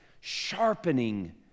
sharpening